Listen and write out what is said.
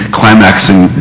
climaxing